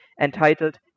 entitled